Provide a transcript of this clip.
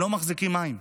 הם לא מחזיקים מים.